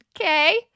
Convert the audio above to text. Okay